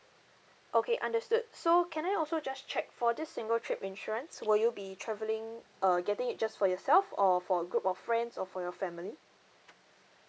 okay understood so can I also just check for this single trip insurance will you be travelling uh getting it just for yourself or for a group of friends or for your family